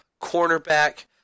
cornerback